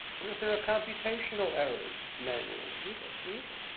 what if there are computational errors manually? easily, easily.